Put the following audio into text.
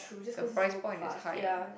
the price point is higher